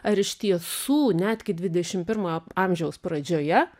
ar iš tiesų net ki dvidešimt pirmojo amžiaus pradžioje